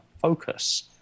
focus